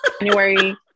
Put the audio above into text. January